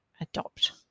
adopt